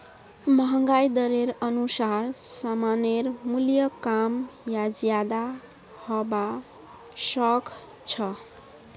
महंगाई दरेर अनुसार सामानेर मूल्य कम या ज्यादा हबा सख छ